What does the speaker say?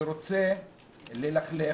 לכן